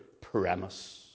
premise